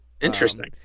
Interesting